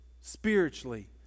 spiritually